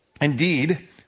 Indeed